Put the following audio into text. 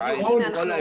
נכון.